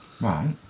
right